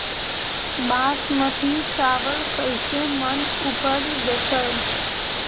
बासमती चावल कैसे मन उपज देतै?